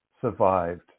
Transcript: survived